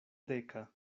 deka